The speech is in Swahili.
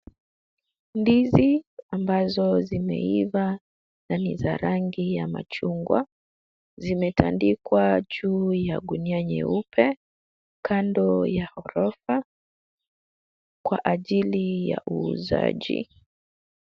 Ndizi ambazo zimeiva na zina rangi ya machungwa, zimetandikwa juu ya gunia nyeupe kando ya ghorofa, kwa ajili ya uuzaji.